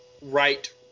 right